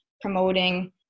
promoting